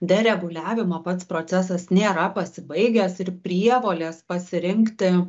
dėl reguliavimo pats procesas nėra pasibaigęs ir prievolės pasirinkti